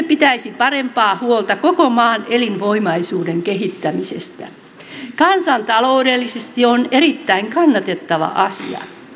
pitäisi parempaa huolta koko maan elinvoimaisuuden kehittämisestä kansantaloudellisesti se on erittäin kannatettava asia